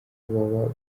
baba